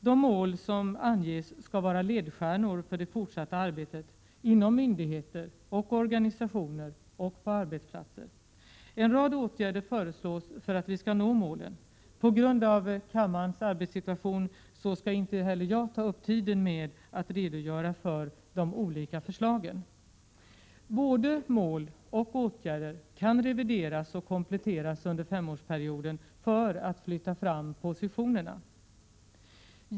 De mål som anges skall vara ledstjärnor för det fortsatta arbetet inom myndigheter och organisationer och på arbetsplatser. En rad åtgärder föreslås för att vi skall nå målen. På grund av kammarens arbetssituation skall inte heller jag ta upp tiden med att redogöra för de olika förslagen. Både mål och åtgärder kan revideras och kompletteras under femårsperioden för att flytta fram positionerna.